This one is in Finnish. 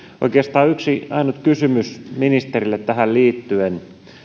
oikeastaan yksi ainut kysymys ministerille tähän liittyen